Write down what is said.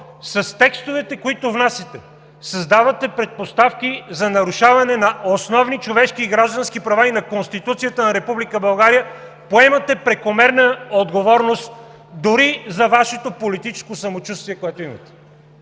с текстовете, които внасяте, създавате предпоставки за нарушаване на основни човешки и граждански права и на Конституцията на Република България, поемате прекомерна отговорност дори за Вашето политическо самочувствие, което имате.